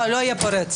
לא יהיה פה רצף.